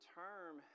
term